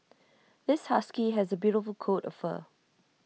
this husky has A beautiful coat of fur